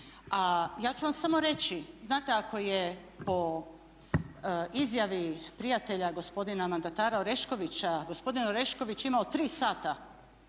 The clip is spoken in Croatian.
ja ću vam samo reći znate ako je po izjavi prijatelja gospodina mandatara Oreškovića gospodin Orešković imao 3 sata